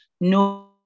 no